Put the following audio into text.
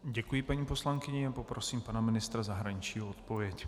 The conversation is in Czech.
Děkuji paní poslankyni a poprosím pana ministra zahraničí o odpověď.